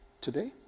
today